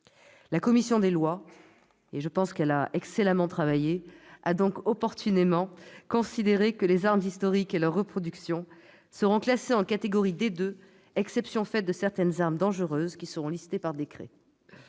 La commission des lois, qui a excellemment travaillé, a fort opportunément considéré que les armes historiques et leurs reproductions seront classées en catégorie D2, exception faite de certaines armes dangereuses qui seront énumérées par décret.